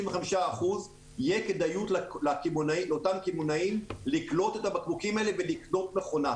תהיה כדאיות לאותם קמעונאים לקלוט את הבקבוקים האלה ולקנות מכונה.